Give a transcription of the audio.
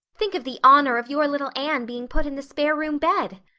think of the honor of your little anne being put in the spare-room bed.